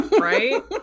Right